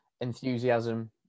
enthusiasm